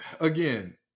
again